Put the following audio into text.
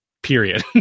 period